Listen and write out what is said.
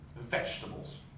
vegetables